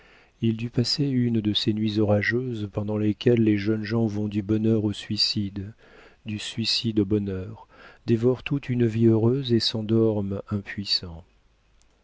il dut passer une de ces nuits orageuses pendant lesquelles les jeunes gens vont du bonheur au suicide du suicide au bonheur dévorent toute une vie heureuse et s'endorment impuissants